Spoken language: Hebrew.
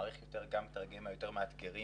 מעריך יותר גם את הרגעים היותר מאתגרים,